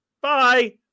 Bye